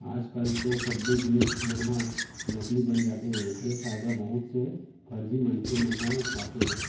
आज कल तो सब्बे जिनिस मन ह नकली बन जाथे ओखरे फायदा बहुत से फरजी मनखे मन ह उठावत हे